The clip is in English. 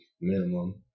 minimum